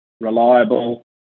reliable